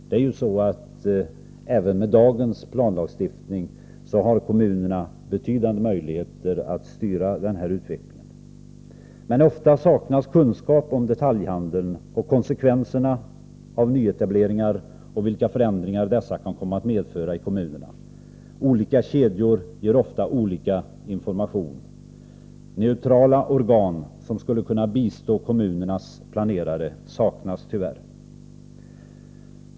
Det är ju så att kommunerna även med dagens planlagstiftning har betydande möjligheter att styra denna utveckling. Men ofta saknas kunskap om detaljhandeln och om konsekvenserna av nyetableringar och vilka förändringar dessa kan komma att medföra i kommunerna. Olika kedjor ger ofta olika information. Neutrala organ som skulle kunna bistå kommunernas planerare saknas tyvärr.